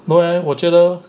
no eh 我觉得